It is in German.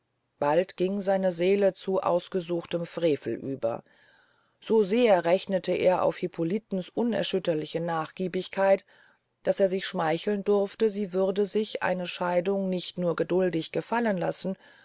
bald ging seine seele zu ausgesuchtem frevel über so sehr rechnete er auf hippolitens unerschütterliche nachgiebigkeit daß er sich schmeicheln durfte sie würde sich eine scheidung nicht nur geduldig gefallen lassen